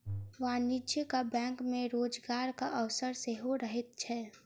वाणिज्यिक बैंक मे रोजगारक अवसर सेहो रहैत छै